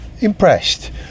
impressed